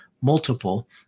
multiple